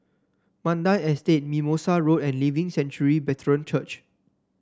Mandai Estate Mimosa Road and Living Sanctuary Brethren Church